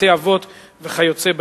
בתי-אבות וכיוצא בזה.